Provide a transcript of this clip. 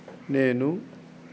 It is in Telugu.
నేను